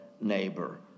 neighbor